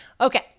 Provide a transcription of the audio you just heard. Okay